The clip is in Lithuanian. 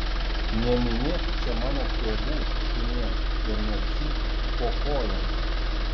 neminėk čia mano tėvų šunie ir necypk po kojom